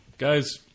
Guys